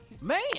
Man